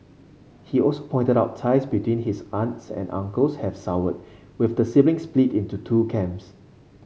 he also pointed out ties between his aunts and uncles have soured with the siblings split into two camps